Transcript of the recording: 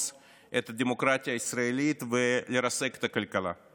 את הדמוקרטיה הישראלית ולרסק את הכלכלה.